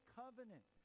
covenant